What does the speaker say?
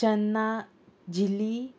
चेन्ना झिल्ली